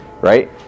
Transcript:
right